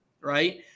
right